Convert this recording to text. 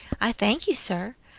i thank you, sir,